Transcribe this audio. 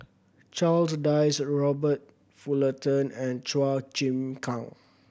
Charles Dyce Robert Fullerton and Chua Chim Kang